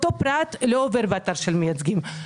אותו פרט לא עובר באתר של המייצגים.